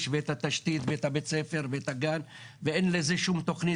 ואת התשתית ואת בית הספר ואת הגג ואין לזה שום תכנית.